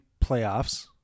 playoffs